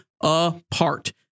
apart